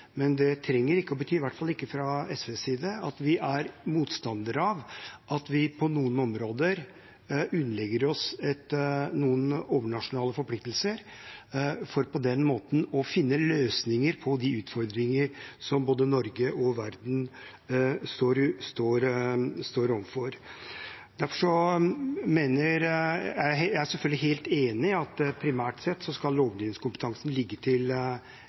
men det trenger ikke å bety, i hvert fall ikke fra SVs side, at vi er motstander av at vi på noen områder underlegger oss noen overnasjonale forpliktelser, for på den måten å finne løsninger på de utfordringer som både Norge og verden står overfor. Jeg er selvfølgelig helt enig i at primært sett skal lovgivningskompetansen ligge til